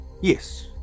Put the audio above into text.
Yes